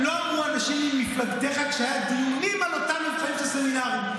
לא אמרו את זה אנשים ממפלגתך כשהיו דיונים על אותם מבחנים של סמינרים.